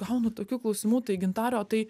gaunu tokių klausimų tai gintare o tai